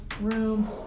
room